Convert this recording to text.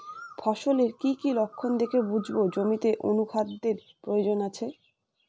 ফসলের কি কি লক্ষণ দেখে বুঝব জমিতে অনুখাদ্যের প্রয়োজন আছে?